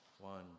One